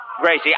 Gracie